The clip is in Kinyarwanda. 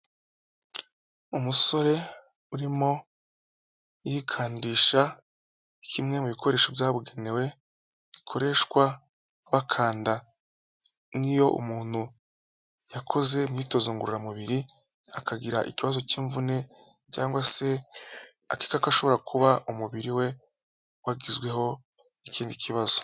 Umusore urimo yikandisha kimwe mu bikoresho byabugenewe bikoreshwa bakanda, nk'iyo umuntu yakoze imyitozo ngororamubiri akagira ikibazo cy'imvune cyangwa se akeka ko ashobora kuba umubiri we wagizweho ikindi kibazo.